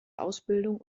ausbildung